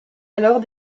alors